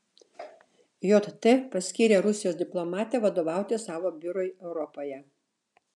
jt paskyrė rusijos diplomatę vadovauti savo biurui europoje